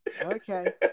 okay